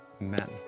Amen